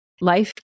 life